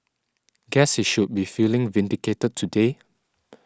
guess he should be feeling vindicated today